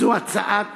זו הצעת